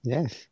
Yes